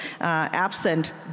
Absent